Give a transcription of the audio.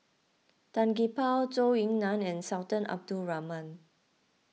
Tan Gee Paw Zhou Ying Nan and Sultan Abdul Rahman